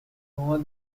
know